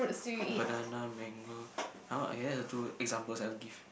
banana mango I want that are the two examples I will give